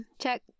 Check